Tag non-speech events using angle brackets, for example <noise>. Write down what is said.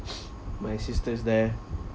<noise> my sister's there